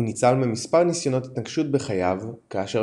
הוא ניצל ממספר ניסיונות התנקשות בחייו כאשר